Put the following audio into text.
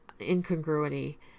incongruity